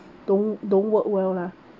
don't don't work well lah